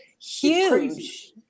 Huge